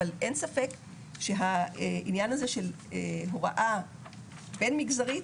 אבל אין ספק שהעניין הזה של הוראה בין מגזרית,